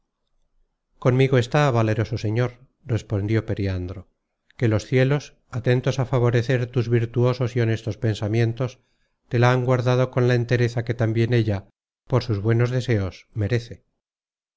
conmigo está valeroso señor respondió periandro que los cielos atentos a favorecer tus virtuosos y honestos pensamientos te la han guardado con la entereza que tambien ella por sus buenos deseos merece